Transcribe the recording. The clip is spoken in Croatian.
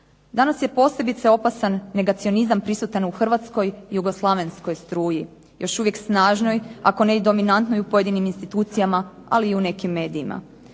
Danas je posebice opasan negacionizam prisutan u hrvatskoj jugoslavenskoj struji, još uvijek snažnoj, ako ne i dominantnoj u pojedinim institucijama, ali i u nekim medijima.